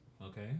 Okay